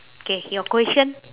K your question